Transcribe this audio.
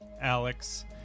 Alex